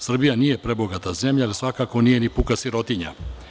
Srbija nije prebogata zemlja, ali svakako nije ni puka sirotinja.